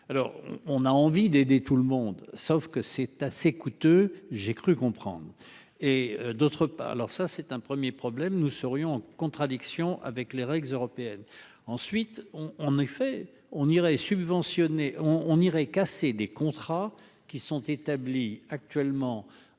Alors on a envie d'aider tout le monde sauf que c'est assez coûteux. J'ai cru comprendre. Et d'autre part, alors ça c'est un 1er problème nous serions en contradiction avec les règles européennes. Ensuite on, on, en effet, on irait subventionné on on irait casser des contrats qui sont établis actuellement